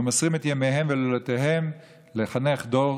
ומוסרים את ימיהם ולילותיהם לחנך דור